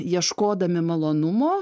ieškodami malonumo